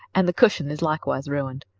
and the cushion is likewise ruined.